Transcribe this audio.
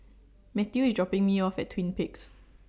Matthew IS dropping Me off At Twin Peaks